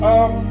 up